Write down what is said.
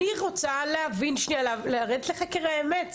אני רוצה לרדת לחקר האמת.